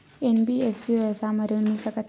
NBFC व्यवसाय मा ऋण मिल सकत हे